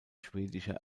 schwedische